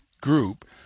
group